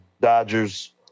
Dodgers